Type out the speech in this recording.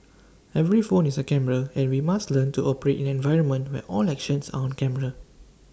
every phone is A camera and we must learn to operate in an environment where all actions are on camera